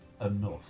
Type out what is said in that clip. enough